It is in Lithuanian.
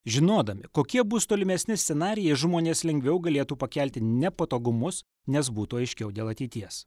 žinodami kokie bus tolimesni scenarijai žmonės lengviau galėtų pakelti nepatogumus nes būtų aiškiau dėl ateities